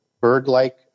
bird-like